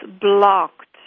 blocked